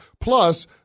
Plus